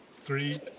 three